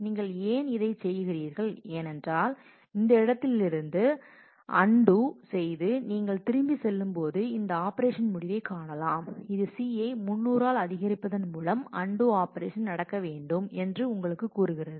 நீங்கள் ஏன் இதைச் செய்கிறீர்கள் ஏனென்றால் இந்த இடத்திலிருந்து அன்டூ செய்து நீங்கள் திரும்பிச் செல்லும்போது இந்த ஆபரேஷன் முடிவைக் காணலாம் இது C ஐ 300 ஆல் அதிகரிப்பதன் மூலம் அன்டூ ஆபரேஷன் நடக்க வேண்டும் என்று உங்களுக்குக் கூறுகிறது